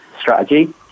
strategy